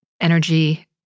energy